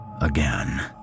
again